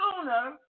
sooner